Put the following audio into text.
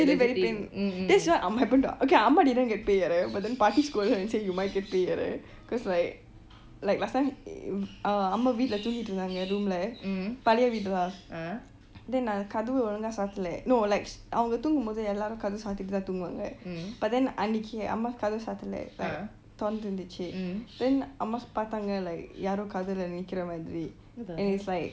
actually very pain then you know that's what happened to அம்மா:amma okay அம்மா:amma didn't get பேய் அறை:pey arai but then பாட்டி:paatti scold her and say you might get பேய் அறை:pey arai cause like like last time uh அம்மா வீட்ல தூங்கிட்டாங்க:amma veetla thuungitanga room ல பழைய வீடு:la palaya veetu lah then கதவை ஒழுங்கா சாத்தலை:katavu olugaa satale no like அவங்க தூங்கும் போது எல்லாரும் கதவை சாத்திட்டுதான் தூங்குவாங்க:avaanga thuungubotu ellarum kaatavay satu tan thuunguvaanga but then அன்னிக்கு அம்மா கதவு சாத்தலை:annaiki amma katavu saathaala like தொறந்து இருந்துச்சு:thoranthuchu iruntuchu then அம்மா பார்த்தாங்க:amma paartaga like யாரோ கதவை நிக்கிற மாதிரி:yaaroo kathava niikara matiri and it's like